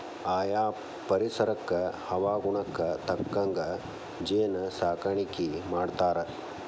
ಆಯಾ ಪರಿಸರಕ್ಕ ಹವಾಗುಣಕ್ಕ ತಕ್ಕಂಗ ಜೇನ ಸಾಕಾಣಿಕಿ ಮಾಡ್ತಾರ